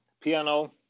piano